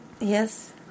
Yes